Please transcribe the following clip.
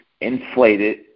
inflated